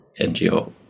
NGO